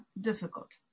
difficult